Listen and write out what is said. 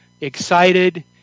excited